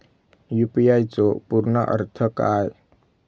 UPI चो पूर्ण अर्थ काय?